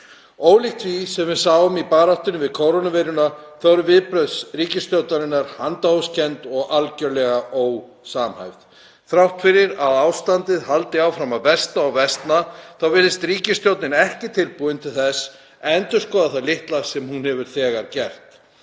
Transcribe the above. Ólíkt því sem við sáum í baráttunni við kórónuveiruna eru viðbrögð ríkisstjórnarinnar handahófskennd og algerlega ósamhæfð. Þrátt fyrir að ástandið haldi áfram að versna og versna þá virðist ríkisstjórnin ekki tilbúin til þess að endurskoða það litla sem hún hefur þegar gert